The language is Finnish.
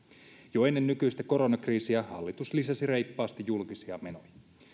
jo ennen nykyistä koronkriisiä hallitus lisäsi reippaasti julkisia menoja